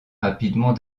rapidement